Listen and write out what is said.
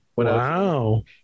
Wow